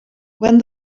when